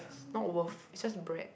not worth is just bread